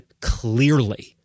clearly